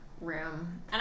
room